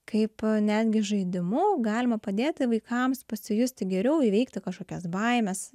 kaip netgi žaidimu galima padėti vaikams pasijusti geriau įveikti kažkokias baimes